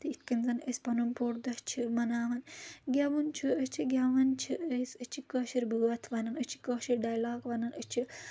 تہٕ یِتھ کٔنۍ زَن أسۍ پَنُن بوٚڑ دۄہ چھِ مَناوَن گؠوُن چھُ أسۍ چھِ گؠوَان چھِ أسۍ أسۍ چھِ کٲشِر بٲتھ وَنَان أسۍ چھِ کٲشِر ڈایلاگ وَنَان أسۍ چھِ